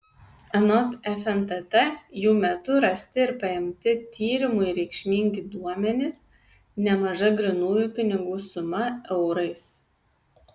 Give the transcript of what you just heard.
anot fntt jų metu rasti ir paimti tyrimui reikšmingi duomenys nemaža grynųjų pinigų suma eurais